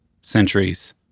centuries